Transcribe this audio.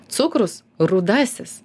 cukrus rudasis